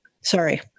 Sorry